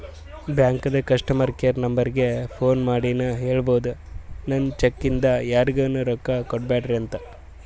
ಬ್ಯಾಂಕದು customer care ನಂಬರಕ್ಕ phone ಮಾಡಿನೂ ಹೇಳ್ಬೋದು, ನನ್ ಚೆಕ್ ಇಂದ ಯಾರಿಗೂ ರೊಕ್ಕಾ ಕೊಡ್ಬ್ಯಾಡ್ರಿ ಅಂತ